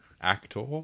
Actor